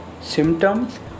symptoms